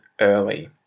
early